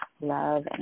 love